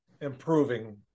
improving